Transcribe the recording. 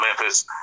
Memphis